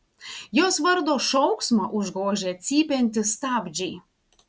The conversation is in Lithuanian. jos vardo šauksmą užgožia cypiantys stabdžiai